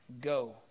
go